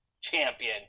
champion